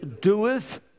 Doeth